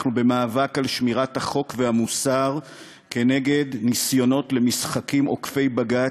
אנחנו במאבק על שמירת החוק והמוסר כנגד ניסיונות למשחקים עוקפי-בג"ץ,